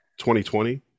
2020